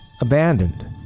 abandoned